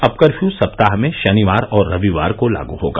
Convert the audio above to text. अब कर्फ़यू सप्ताह में शनिवार और रविवार को लागू होगा